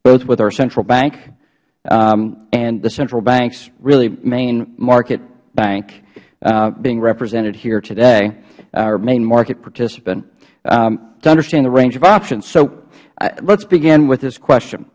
both with our central bank and the central bank's really main market bank being represented here today or main market participant to understand the range of options so let's begin with this question